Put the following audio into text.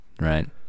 right